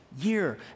year